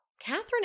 Catherine